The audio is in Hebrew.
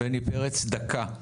בני פרץ, דקה.